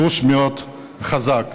גוש מאוד חזק.